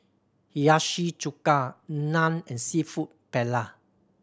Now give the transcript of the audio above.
Hiyashi Chuka Naan and Seafood Paella